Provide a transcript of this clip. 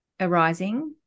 arising